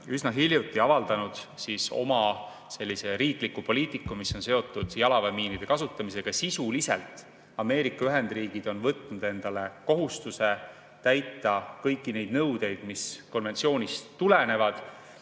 üsna hiljuti oma riikliku poliitika, mis on seotud jalaväemiinide kasutamisega. Sisuliselt on Ameerika Ühendriigid võtnud endale kohustuse täita kõiki neid nõudeid, mis konventsioonist tulenevad,